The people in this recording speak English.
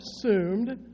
assumed